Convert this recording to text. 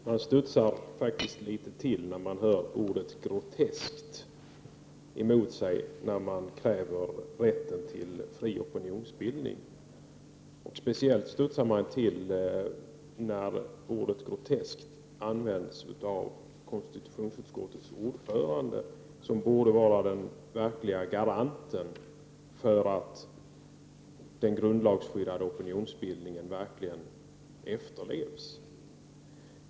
Herr talman! Man studsar faktiskt till litet när man får ordet groteskt emot sig när man kräver rätten till fri opinionsbildning. Det gäller speciellt när ordet groteskt används av konstitutionsutskottets ordförande, som borde vara garanten för att bestämmelserna i grundlagen till skydd för opinionsbildningen verkligen efterlevs.